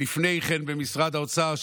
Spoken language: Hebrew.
לפני כן במשרד האוצר,